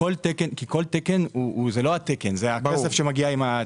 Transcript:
כן כי זה לא התקן, זה הכסף שמגיע עם התקן.